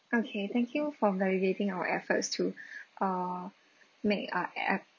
okay thank you from navigating our efforts to uh make uh ev~